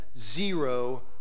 zero